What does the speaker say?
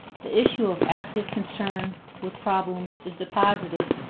the issue of active concern with problems, is deposited,